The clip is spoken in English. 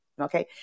Okay